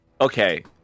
Okay